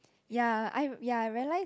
ya I ya I realise